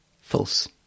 False